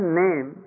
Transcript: name